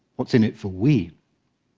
what's in it for we?